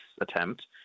attempt